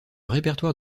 répertoire